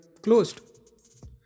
Closed